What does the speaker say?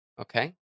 Okay